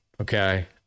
okay